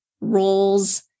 roles